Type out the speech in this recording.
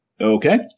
Okay